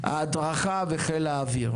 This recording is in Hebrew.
ההדרכה וחיל האוויר.